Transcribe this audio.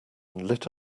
lit